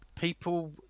people